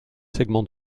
segments